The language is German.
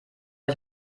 ich